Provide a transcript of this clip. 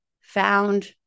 found